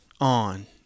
on